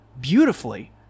beautifully